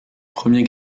premier